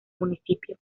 municipio